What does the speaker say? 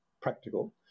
Practical